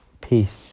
peace